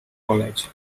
college